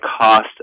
cost